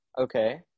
Okay